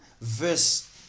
verse